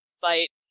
fight